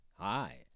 Hi